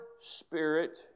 spirit